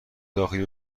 داخلی